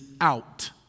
out